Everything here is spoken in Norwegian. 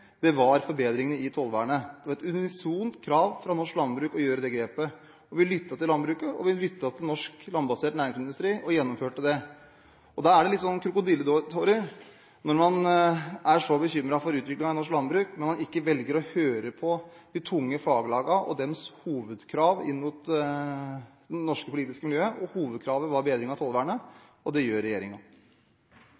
landbruket, var forbedringene i tollvernet. Det var et unisont krav fra norsk landbruk om å gjøre det grepet. Vi lyttet til landbruket, og vi lyttet til norsk landbasert næringsmiddelindustri og gjennomførte det. Det blir litt krokodilletårer når man er så bekymret for utviklingen i norsk landbruk og samtidig velger ikke å høre på de tunge faglagene og deres hovedkrav inn mot det norske politiske miljøet. Hovedkravet var å bedre tollvernet,